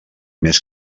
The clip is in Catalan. més